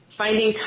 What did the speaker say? finding